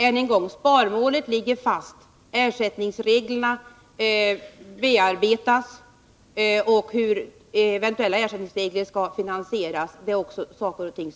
Än en gång: Sparmålet ligger fast, ersättningsreglerna bearbetas och frågan om finansieringen övervägs.